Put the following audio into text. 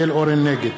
נגד